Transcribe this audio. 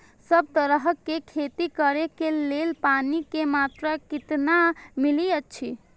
सब तरहक के खेती करे के लेल पानी के मात्रा कितना मिली अछि?